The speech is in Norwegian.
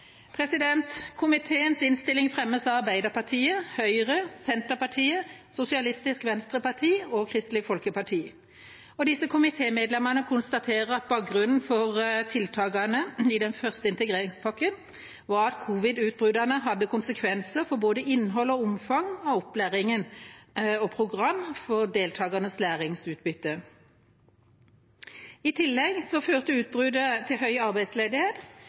Komiteens innstilling fremmes av Arbeiderpartiet, Høyre, Senterpartiet, Sosialistisk Venstreparti og Kristelig Folkeparti. Disse komitémedlemmene konstaterer at bakgrunnen for tiltakene i den første integreringspakken var at covid-utbruddet hadde konsekvenser for både innhold og omfang av opplæring og program og for deltakernes læringsutbytte. I tillegg førte utbruddet til høy arbeidsledighet,